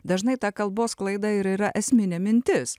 dažnai ta kalbos klaida ir yra esminė mintis